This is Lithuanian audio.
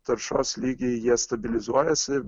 taršos lygiai jie stabilizuojasi